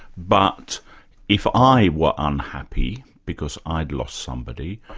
but if i were unhappy because i'd lost somebody,